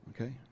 okay